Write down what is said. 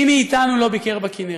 מי מאיתנו לא ביקר בכינרת,